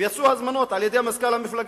יצאו הזמנות על-ידי מזכ"ל המפלגה,